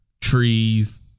trees